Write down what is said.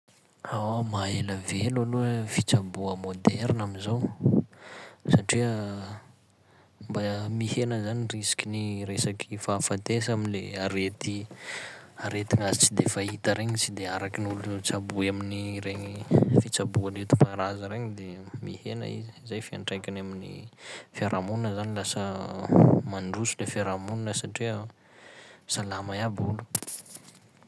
Anh! Mahaela velo aloha fitsaboa moderna am'izao satria mba mihena zany riskin'ny resaky fahafatesa am'le arety aretigna tsy de fahita regny sy de arakin'olo tsaboy amin'ny regny fitsaboa nenti-paharaza regny de mihena izy, zay fiantraikany amin'ny fiarahamonina zany lasa mandroso le fiarahamonina satria salama iaby olo.